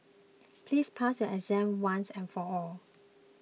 please pass your exam once and for all